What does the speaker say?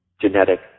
genetic